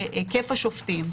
בהיקף השופטים.